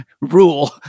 rule